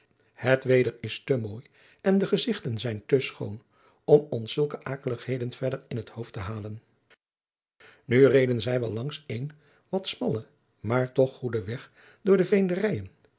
het weder is te mooi en de gezigten zijn te schoon om ons zulke akeligheden verder in het hoofd te halen nu reden zij wel langs een wat smallen maar toch goeden weg door de veenderijen